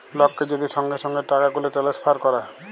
লককে যদি সঙ্গে সঙ্গে টাকাগুলা টেলেসফার ক্যরে